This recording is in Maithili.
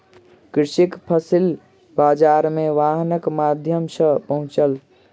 कृषक फसिल बाजार मे वाहनक माध्यम सॅ पहुँचल